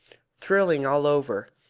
thrilling all over,